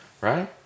right